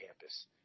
campus